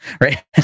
Right